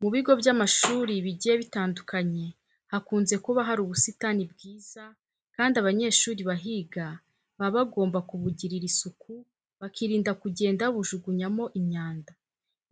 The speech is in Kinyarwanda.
Mu bigo by'amashuri bigiye bitandukanye hakunze kuba hari ubusitani bwiza kandi abanyeshuri bahiga baba bagomba kubugirira isuku bakirinda kugenda babujugunyamo imyanda.